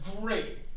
great